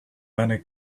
many